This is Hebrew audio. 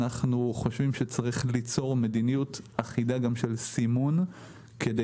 אנחנו חושבים שצריך ליצור מדיניות אחידה גם של סימון כדי